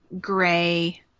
gray